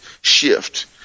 shift